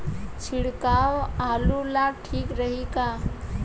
छिड़काव आलू ला ठीक रही का?